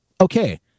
Okay